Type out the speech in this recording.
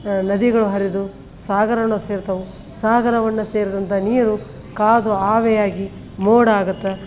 ನದಿಗಳು ಹರಿದು ಸಾಗರನ ಸೇರ್ತವೆ ಸಾಗರವನ್ನು ಸೇರಿದಂಥ ನೀರು ಕಾದು ಆವಿಯಾಗಿ ಮೋಡ ಆಗುತ್ತೆ